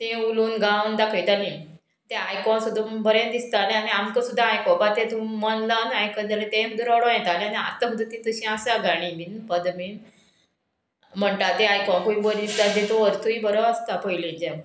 तें उलोवन गावन दाखयतालीं तें आयकोंक सुद्दां बरें दिसतालें आनी आमकां सुद्दां आयकोपा तें तूं मन लावन आयकत जाल्यार तें सुद्दां रडो येतालें आनी आतां सुद्दां ती तशी आसा गाणी बीन पदमीन म्हणटा तें आयकपूय बरें दिसता तो अर्थूय बरो आसता पयलींचें